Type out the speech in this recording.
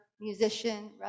musician